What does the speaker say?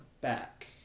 back